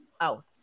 Out